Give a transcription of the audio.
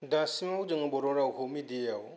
दासिमाव जोङो बर' रावखौ मिदिया याव